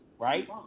right